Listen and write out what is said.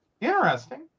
Interesting